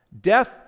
Death